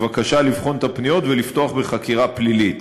בבקשה לבחון את הפניות ולפתוח בחקירה פלילית.